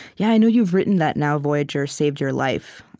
yeah i know you've written that now, voyager saved your life.